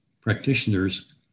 practitioners